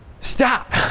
stop